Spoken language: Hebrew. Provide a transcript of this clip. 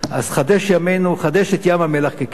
אז חדש את ים-המלח כקדם.